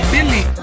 Billy